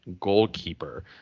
goalkeeper